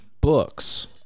books